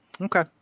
okay